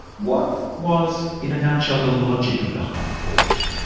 what was, in a nutshell, the logic of the high court?